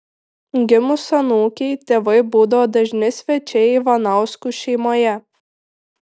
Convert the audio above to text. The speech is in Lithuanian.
gimus anūkei tėvai būdavo dažni svečiai ivanauskų šeimoje